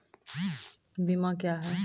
बीमा क्या हैं?